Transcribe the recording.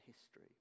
history